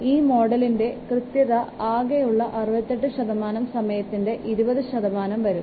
ഈ മോഡലിൻറെ കൃത്യത ആകെയുള്ള 68 ശതമാനം സമയത്തിൽ 20 ശതമാനം വരും